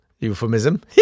Euphemism